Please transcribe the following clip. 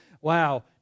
wow